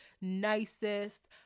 nicest